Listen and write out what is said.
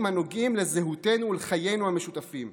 הנוגעים לזהותנו ולחיינו המשותפים.